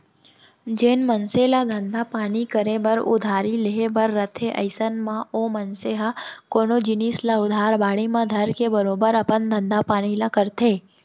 जेन मनसे ल धंधा पानी करे बर उधारी लेहे बर रथे अइसन म ओ मनसे ह कोनो जिनिस ल उधार बाड़ी म धरके बरोबर अपन धंधा पानी ल करथे